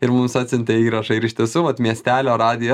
ir mums atsiuntė įrašą ir iš tiesų vat miestelio radijo